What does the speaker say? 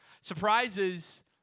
Surprises